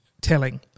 telling